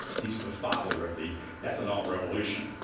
he's the father of the ethanol revolution.